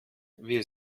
wir